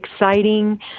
exciting